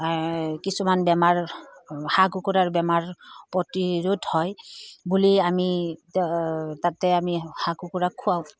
কিছুমান বেমাৰ হাঁহ কুকুৰাৰ বেমাৰ প্ৰতিৰোধ হয় বুলি আমি তাতে আমি হাঁহ কুকুৰাক খুৱাওঁ